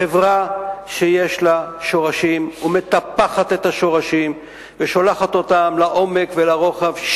חברה שיש לה שורשים והיא מטפחת את השורשים ושולחת אותם לעומק ולרוחב,